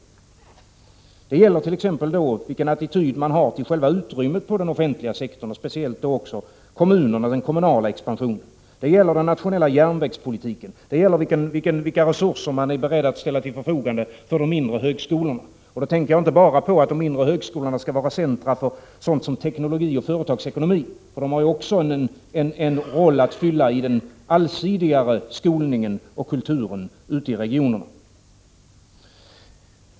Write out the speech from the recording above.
Det gäller t.ex. vilken attityd man har till själva utrymmet på den offentliga sektorn och speciellt för den kommunala expansionen. Det gäller den nationella järnvägspolitiken, vilka resurser man är beredd att ställa till förfogande för de mindre högskolorna. Jag tänker då inte bara på att de mindre högskolorna skall vara centra för sådant som teknologi och företagsekonomi, de har också en roll att fylla i den allsidigare skolningen och kulturen ute i regionerna.